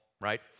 Right